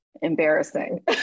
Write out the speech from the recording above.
embarrassing